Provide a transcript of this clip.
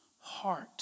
heart